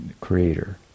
Creator